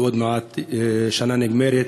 ועוד מעט שנה נגמרת,